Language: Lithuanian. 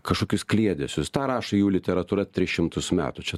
kažkokius kliedesius tą rašo jų literatūra tris šimtus metų čia